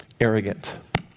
arrogant